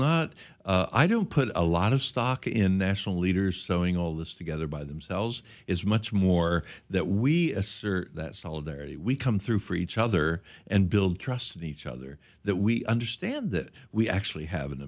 not i don't put a lot of stock in national leaders sewing all this together by themselves is much more that we are that solidarity we come through for each other and build trust in each other that we understand that we actually have an